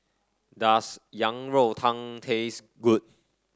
does Yang Rou Tang taste good